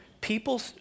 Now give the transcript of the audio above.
people